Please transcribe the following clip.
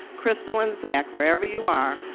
crystal and zack, wherever you are,